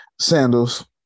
Sandals